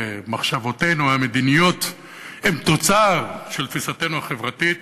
ומחשבותינו המדיניות הן תוצר של תפיסתנו החברתית.